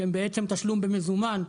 שהם בעצם תשלום במזומן,